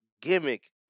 gimmick